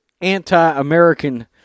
anti-American